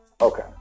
Okay